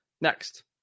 next